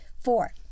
Four